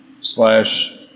slash